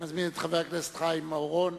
אני מזמין את חבר הכנסת חיים אורון,